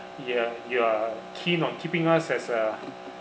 y~ you are keen on keeping us as a